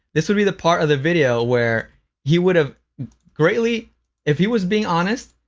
this would be the part of the video where he would have greatly if he was being honest,